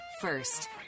first